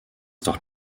doch